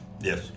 Yes